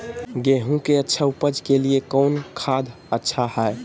गेंहू के अच्छा ऊपज के लिए कौन खाद अच्छा हाय?